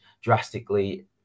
drastically